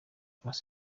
byari